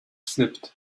slipped